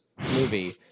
movie